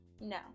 No